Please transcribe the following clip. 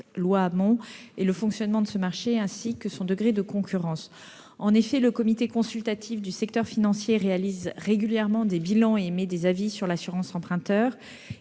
part, le fonctionnement de ce marché, ainsi que son degré de concurrence. Le Comité consultatif du secteur financier, le CCSF, réalise régulièrement des bilans et émet des avis sur l'assurance emprunteur.